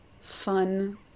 fun